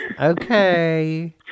okay